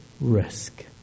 risk